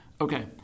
okay